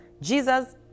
Jesus